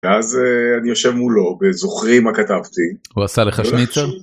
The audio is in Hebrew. אז אני יושב מולו וזוכרים מה כתבתי הוא עשה לך שניצר.